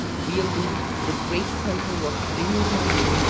we allude to the great temple of bindh madhu,